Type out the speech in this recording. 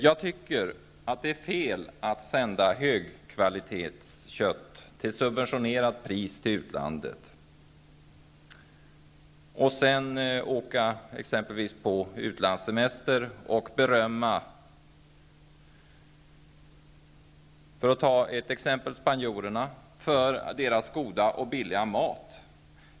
Jag tycker att det är fel att sända högkvalitetskött till subventionerat pris till utlandet och sedan åka på utlandssemester och berömma spanjorerna, för att ta ett exempel, för deras goda och billiga mat.